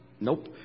nope